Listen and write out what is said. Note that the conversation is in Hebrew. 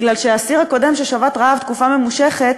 כי האסיר הקודם ששבת רעב תקופה ממושכת,